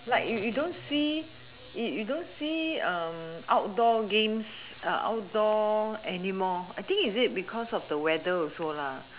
like you you don't see you you don't see outdoor games outdoor anymore I think is it because of the weather also lah